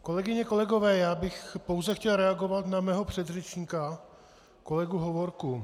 Kolegyně a kolegové, já bych pouze chtěl reagovat na svého předřečníka, kolegu Hovorku.